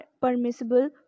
permissible